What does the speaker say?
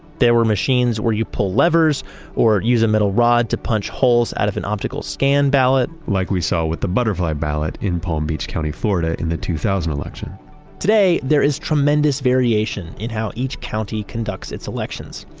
there were machines where you pull levers or use a metal rod to punch holes out of an optical scan ballot like we saw with the butterfly ballot in palm beach county, florida in the two thousand election today, there is tremendous variation in how each county conducts its elections.